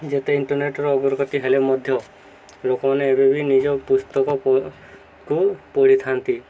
ଯେତେ ଇଣ୍ଟରନେଟ୍ର ଅଗ୍ରଗତି ହେଲେ ମଧ୍ୟ ଲୋକମାନେ ଏବେବି ନିଜ ପୁସ୍ତକକୁ ପଢ଼ିଥାନ୍ତି